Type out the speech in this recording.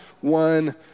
one